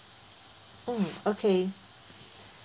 mm okay